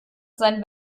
sein